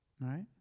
Right